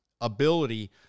ability